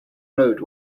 road